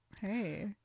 hey